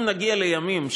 אם נגיע לימים,